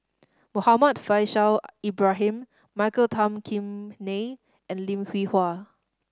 Muhammad Faishal Ibrahim Michael Tan Kim Nei and Lim Hwee Hua